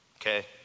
Okay